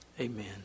Amen